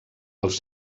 els